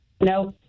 No